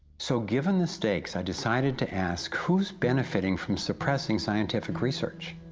so given the stakes, i decided to ask who's benefiting from suppressing scientific research?